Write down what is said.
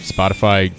Spotify